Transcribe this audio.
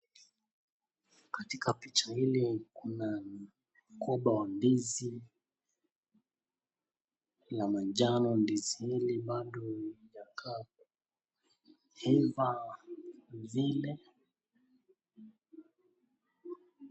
Katika picha hili kuna mkoba wa ndizi la majano, ndizi hili bado hazijaiva vile.